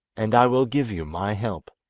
and i will give you my help.